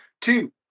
two